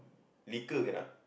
liquor cannot